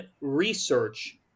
research